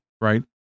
right